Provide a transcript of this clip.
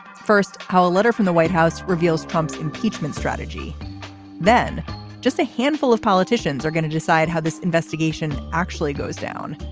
first how a letter from the white house reveals trumps impeachment strategy then just a handful of politicians are going to decide how this investigation actually goes down.